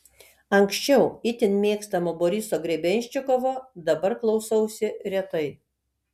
anksčiau itin mėgstamo boriso grebenščikovo dabar klausausi retai